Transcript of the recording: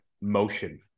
motion